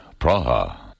Praha